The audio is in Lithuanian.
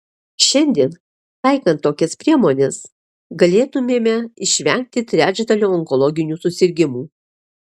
šiandien taikant tokias priemones galėtumėme išvengti trečdalio onkologinių susirgimų